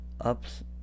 ups